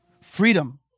Freedom